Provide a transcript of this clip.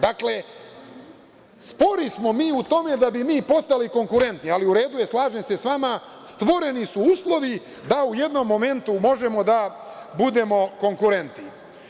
Dakle, spori smo mi u tome da bi mi postali konkurentni, ali u redu je slažem se sa vama, stvoreni su uslovi da u jednom momentu možemo da budemo konkurentni.